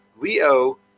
Leo